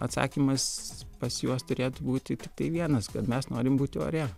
atsakymas pas juos turėtų būti tiktai vienas kad mes norim būti ore